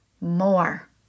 more